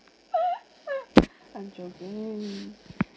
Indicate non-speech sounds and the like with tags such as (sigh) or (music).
(laughs) I'm joking